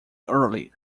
early